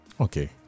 Okay